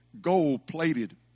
gold-plated